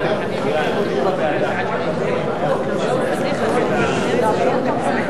אני מייד אחדש את ההצבעות,